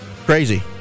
Crazy